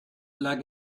like